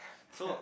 so